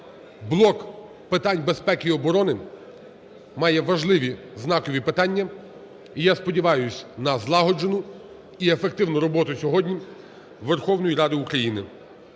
Блок питань безпеки і оборони має важливі знакові питання, і я сподіваюсь на злагоджену і ефективну роботу сьогодні у Верховній Раді України.